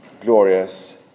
glorious